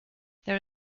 there